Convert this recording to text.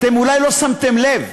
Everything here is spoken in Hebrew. אתם אולי לא שמתם לב,